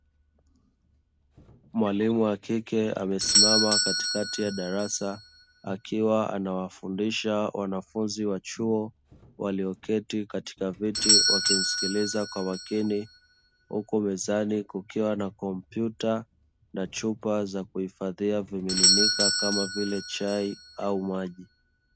Mwalimu wa kike amesimama katikati ya darasa akiwa anawafundisha wanafunzi wa chuo, walioketi katika viti wakimsikiliza kwa makini huku mezani kukiwa na kompyuta, na chupa za kuhifadhia vimiminika kama vile chai au maji.